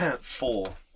Four